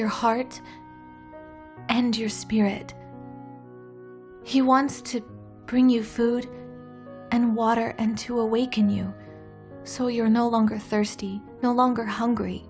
your heart and your spirit he wants to bring you food and water and to awaken you so you're no longer thirsty no longer hungry